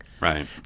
Right